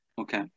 Okay